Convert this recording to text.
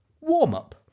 warm-up